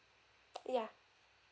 ya